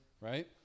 right